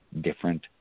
different